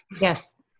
Yes